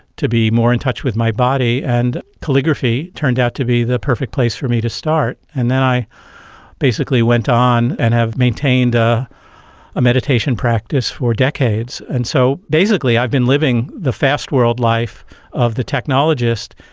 to be more in touch with my body, and calligraphy turned out to be the perfect place for me to start. and then i basically went on and have maintained a ah meditation practice for decades. and so basically i've been living the fast-world life of the technologist,